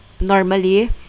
normally